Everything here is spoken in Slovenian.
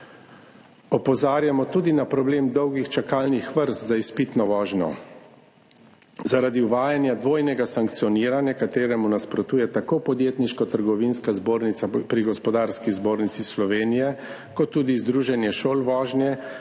Opozarjamo tudi na problem dolgih čakalnih vrst za izpitno vožnjo zaradi uvajanja dvojnega sankcioniranja, ki mu nasprotuje tako Podjetniško trgovska zbornica pri Gospodarski zbornici Slovenije kot tudi Združenje šol vožnje,